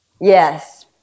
Yes